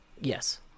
Yes